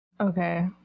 Okay